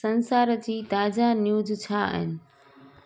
संसार जी ताज़ा न्यूज़ छा आहिनि